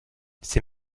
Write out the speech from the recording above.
ses